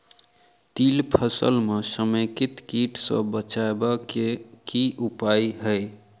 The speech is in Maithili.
तिल फसल म समेकित कीट सँ बचाबै केँ की उपाय हय?